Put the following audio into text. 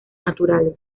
naturales